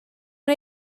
nhw